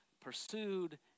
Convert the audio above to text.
pursued